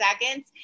seconds